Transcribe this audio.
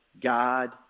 God